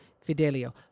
Fidelio